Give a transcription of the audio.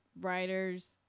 writers